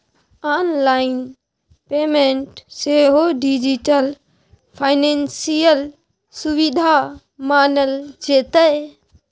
online payment सेहो digital financial सुविधा मानल जेतै